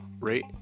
Rate